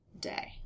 day